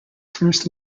first